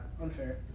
unfair